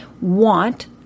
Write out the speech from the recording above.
want-